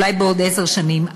ואולי בעוד עשר שנים.